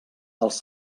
als